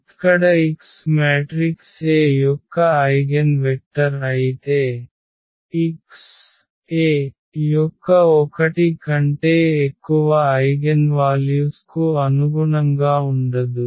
ఇక్కడ x matrix A యొక్క eigenvector అయితే x A యొక్క ఒకటి కంటే ఎక్కువ ఐగెన్వాల్యుస్ కు అనుగుణంగా ఉండదు